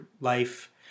life